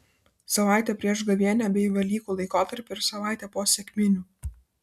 savaitę prieš gavėnią bei velykų laikotarpį ir savaitę po sekminių